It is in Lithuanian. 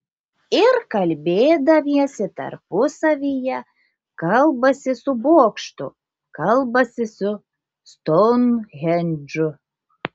ir kalbėdamiesi tarpusavyje kalbasi su bokštu kalbasi su stounhendžu